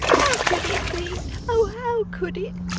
how could it be oh! how could it